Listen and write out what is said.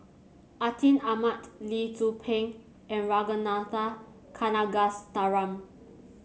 Atin Amat Lee Tzu Pheng and Ragunathar Kanagasuntheram